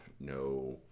no